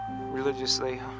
Religiously